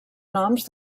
noms